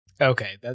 Okay